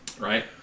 Right